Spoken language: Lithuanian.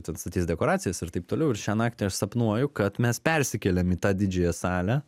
ten statys dekoracijas ir taip toliau ir šią naktį aš sapnuoju kad mes persikėlėm į tą didžiąją salę